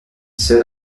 seule